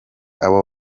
abo